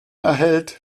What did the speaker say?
erhält